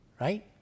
right